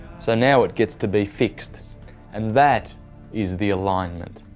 so, now it gets to be fixed and that is the alignment.